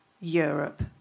Europe